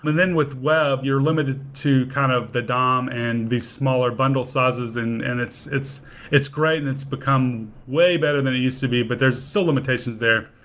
then with web, you're limited to kind of the dom and the smaller bundle sizes and and it's it's great and it's become way better than it used to be, but there are still limitations there.